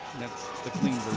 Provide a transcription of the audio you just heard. that's the clean